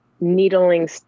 needling